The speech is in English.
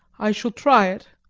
i shall try it.